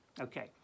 okay